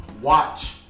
watch